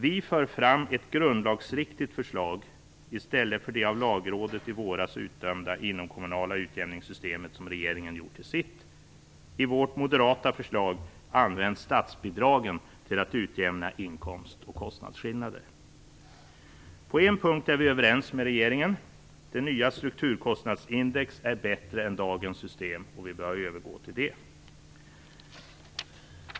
Vi för fram ett grundlagsriktigt förslag i stället för det av Lagrådet i våras utdömda inomkommunala utjämningssystem som regeringen gjort till sitt. I vårt moderata förlag används statsbidragen till att utjämna inkomst och kostnadsskillnader. På en punkt är vi överens med regeringen. Det nya strukturkostnadsindexet är bättre än dagens system, och vi bör övergå till det.